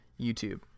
YouTube